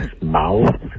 mouth